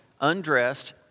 undressed